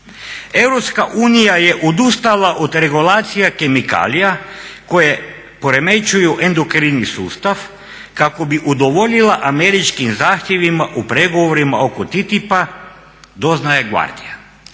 je odustala od regulacije kemikalija koje poremećuju endokrini sustav kako bi udovoljila američkim zahtjevima u pregovorima oko TTIP-a doznaje Guardian.